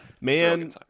Man